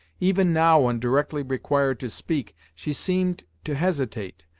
even now when directly required to speak, she seemed to hesitate,